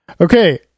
Okay